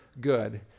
good